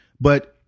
But-